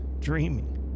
dreaming